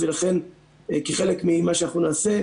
ולכן כחלק ממה שאנחנו נעשה,